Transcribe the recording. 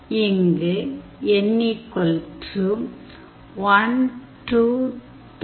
இங்கு n 1 2 3